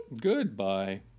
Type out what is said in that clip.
Goodbye